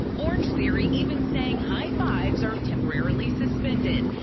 orange theory even saying high fives are temporarily suspended.